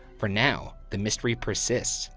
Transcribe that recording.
for now, the mystery persists,